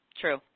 True